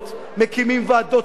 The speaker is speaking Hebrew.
מקימים ועדות סרק,